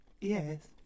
yes